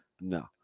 no